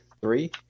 Three